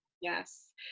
Yes